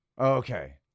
Okay